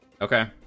Okay